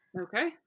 Okay